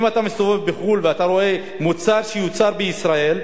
אם אתה מסתובב בחו"ל ואתה רואה מוצר שיוצר בישראל,